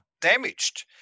damaged